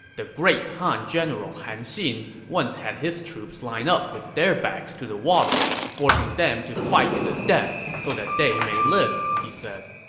the great han general han xin once had his troops line up with their backs to the water, forcing them to fight to the death so that they may live, he said